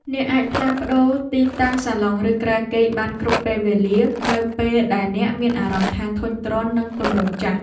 អ្នកអាចផ្លាស់ប្ដូរទីតាំងសាឡុងឬគ្រែគេងបានគ្រប់ពេលវេលានៅពេលដែលអ្នកមានអារម្មណ៍ថាធុញទ្រាន់នឹងទម្រង់ចាស់។